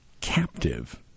captive